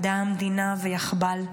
מדע המדינה ויחב"ל.